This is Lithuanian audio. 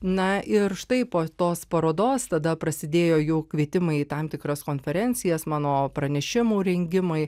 na ir štai po tos parodos tada prasidėjo jau kvietimai į tam tikras konferencijas mano pranešimų rengimai